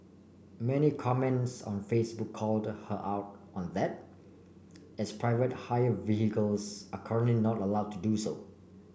many comments on Facebook called her out on that as private hire vehicles are currently not allowed to do so